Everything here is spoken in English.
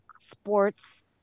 sports